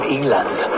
England